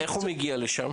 איך הוא מגיע לשם?